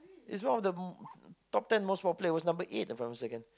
it's one of the top ten most popular it was number eight If I was thinking